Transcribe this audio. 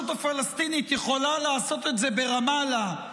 הפלסטינית יכולה לעשות את זה ברמאללה,